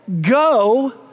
go